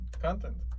content